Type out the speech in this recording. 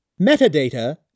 Metadata